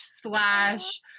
slash